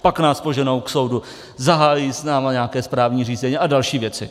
Pak nás poženou k soudu, zahájí s námi nějaké správní řízení a další věci.